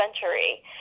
century